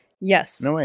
yes